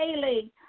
daily